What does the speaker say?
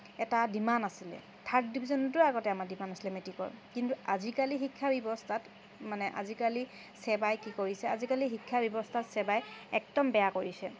এটা ডিমাণ্ড আছিলে থাৰ্ড ডিভিজনটো আগতে আমাৰ ডিমাণ্ড আছিলে মেটিকৰ কিন্তু আজিকালি শিক্ষা ব্যৱস্থাত মানে আজিকালি ছেবাই কি কৰিছে আজিকালি শিক্ষা ব্যৱস্থাত ছেবাই একদম বেয়া কৰিছে